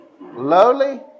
lowly